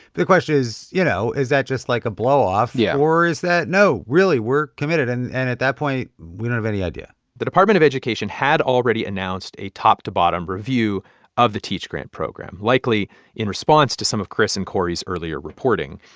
the question is you know, is that just, like, a blow-off? yeah or is that no, really. we're committed. and and at that point, we don't have any idea the department of education had already announced a top-to-bottom review of the teach grant program, likely in response to some of chris and cory's earlier reporting.